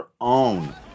own